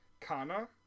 Kana